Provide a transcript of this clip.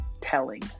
telling